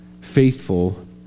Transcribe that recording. faithful